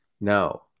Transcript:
No